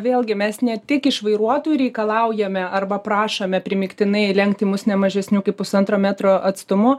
vėlgi mes ne tik iš vairuotojų reikalaujame arba prašome primygtinai lenkti mus ne mažesniu kaip pusantro metro atstumu